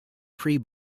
pre